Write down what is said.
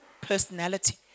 personality